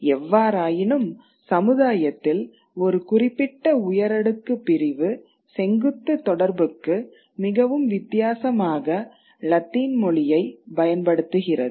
எவ்வாறாயினும் சமுதாயத்தில் ஒரு குறிப்பிட்ட உயரடுக்கு பிரிவு செங்குத்து தொடர்புக்கு மிகவும் வித்தியாசமாக லத்தீன் மொழியைப் பயன்படுத்துகிறது